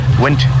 went